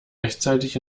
rechtzeitig